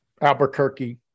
Albuquerque